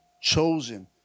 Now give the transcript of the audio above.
chosen